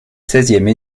seizième